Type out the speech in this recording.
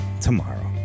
tomorrow